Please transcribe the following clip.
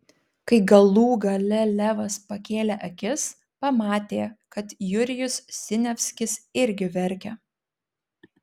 kai galų gale levas pakėlė akis pamatė kad jurijus siniavskis irgi verkia